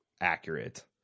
accurate